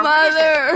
Mother